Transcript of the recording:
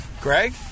Greg